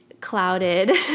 clouded